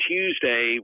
Tuesday